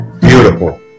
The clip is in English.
Beautiful